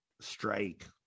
strike